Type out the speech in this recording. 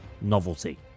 novelty